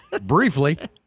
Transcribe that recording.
briefly